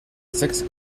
six